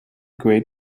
great